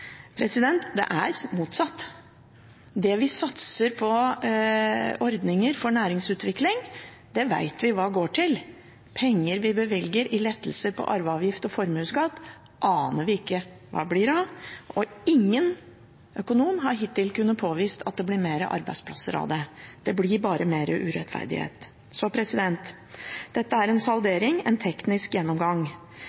Det er motsatt. Det vi satser på ordninger for næringsutvikling, vet vi hva går til. Men penger vi bevilger i lettelser på arveavgift og formuesskatt, aner vi ikke hvor blir av. Og ingen økonom har hittil kunnet påvise at det blir flere arbeidsplasser av det. Det blir bare mer urettferdighet. Dette er en